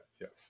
yes